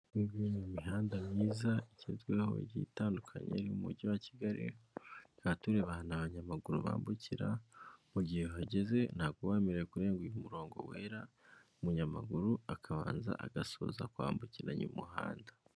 Iyi ngiyi ni imihanda myiza igezweho igiye itandukanye iri mu mujyi wa Kigali, tukaba tureba ahantu abanyamaguru bambukira, mu gihe uhageze ntago uba wemerewe kurenga uyu murongo wera, umunyamaguru akabanza agasoza kwambukiranya umuhanda.